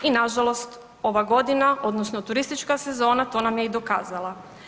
I nažalost, ova godina odnosno turistička sezona to nam je i dokazala.